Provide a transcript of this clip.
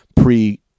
pre